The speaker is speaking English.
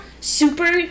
super